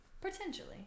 Potentially